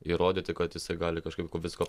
įrodyti kad jisai gali kažkaip visko